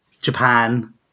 japan